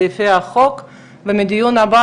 הדיון הבא זה כבר הקראות של סעיפי החוק ומהדיון הבא